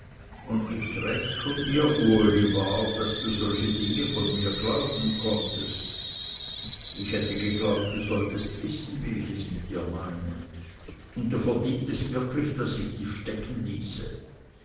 und nicht recht von dir uli daß du solche dinge von mir glauben konntest ich hätte geglaubt du solltest wissen wie ich es mit dir meine und du verdientest wirklich daß ich dich stecken ließe